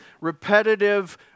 repetitive